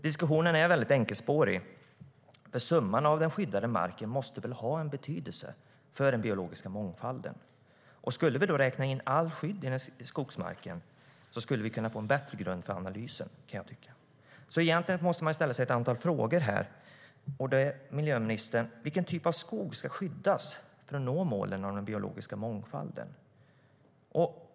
Diskussionen är väldigt enkelspårig, för summan av den skyddade marken måste väl ha en betydelse för den biologiska mångfalden? Skulle vi då räkna in all den skyddade skogsmarken så skulle vi kunna få en bättre grund för analysen, kan jag tycka. Egentligen måste man ställa sig ett antal frågor. Vilken typ av skog tycker miljöministern ska skyddas för att vi ska nå målen för den biologiska mångfalden?